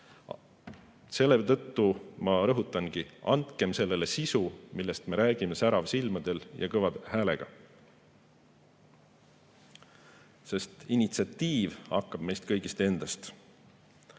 Selle tõttu ma rõhutangi: andkem sellele sisu, millest me räägime säravate silmade ja kõva häälega, sest initsiatiiv hakkab meist kõigist endast.